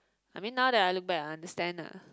I mean now then I look back I understand lah